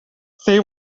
they